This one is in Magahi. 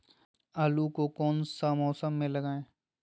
आलू को कौन सा मौसम में लगाए?